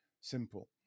simple